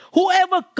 Whoever